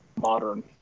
modern